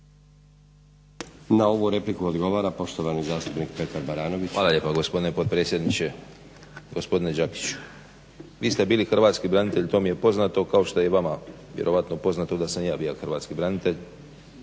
Na ovu repliku odgovara poštovani zastupnik Petar Baranović. **Baranović, Petar (HNS)** Hvala lijepo gospodine potpredsjedniče. Gospodine Đakiću, vi ste bili hrvatski branitelj to mi je poznato kao što je vjerojatno poznato da sam i ja bio hrvatski branitelj